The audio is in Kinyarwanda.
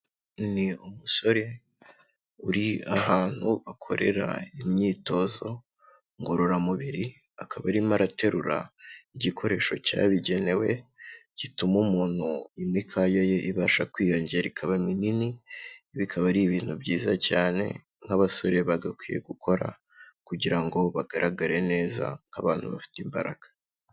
Ni umusore uri ahantu bakorera imyitozo ngororamubiri akaba arimo araterura igikoresho cyabigenewe gituma umuntu imikaya ye ibasha kwiyongera ikaba minini bikaba ari ibintu byiza cyane nk'abasore bagakwiye gukora kugira ngo bagaragare neza nk'abantu bafite imbaraga.